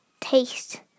taste